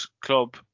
club